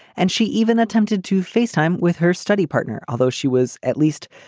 and she even attempted to face time with her study partner. although she was at least,